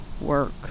work